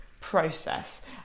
process